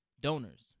donors